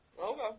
Okay